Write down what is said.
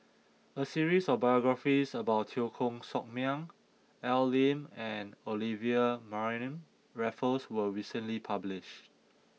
a series of biographies about Teo Koh Sock Miang Al Lim and Olivia Mariamne Raffles was recently published